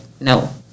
no